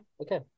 okay